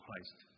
Christ